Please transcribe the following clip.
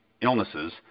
illnesses